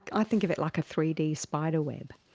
i think of it like a three d spiderweb.